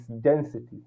density